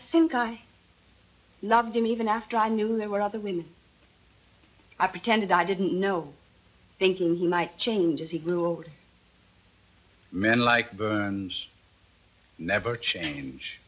think i loved him even after i knew there were other when i pretended i didn't know thinking he might change as he grew older men like burns never change